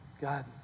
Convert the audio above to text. God